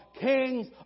kings